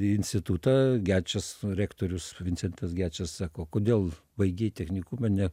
į institutą gečas rektorius vincentas gečas sako kodėl baigei technikumą ne